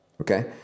Okay